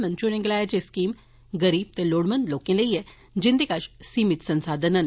मंत्री होरें गलाया जे एह् स्कीम गरीब ते लोड़मंद लोकें लेई ऐ जिन्दे कश सीमित संसाधन न